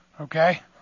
Okay